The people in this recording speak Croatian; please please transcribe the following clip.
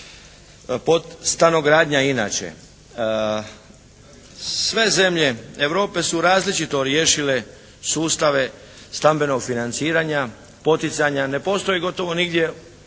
stanogradnja inače. Sve zemlje Europe su različito riješile sustave stambenog financiranja, poticanja. Ne postoji gotovo nigdje